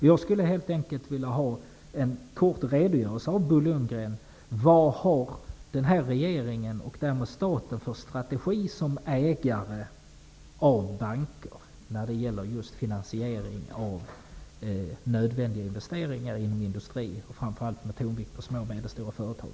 Jag skulle helt enkelt vilja ha en kort redogörelse av Bo Lundgren för vad den här regeringen, och därmed staten, har för strategi som ägare av banker när det gäller just finansiering av nödvändiga investeringar inom industrier, framför allt med tonvikt på små och medelstora företag.